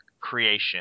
creation